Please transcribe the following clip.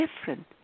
different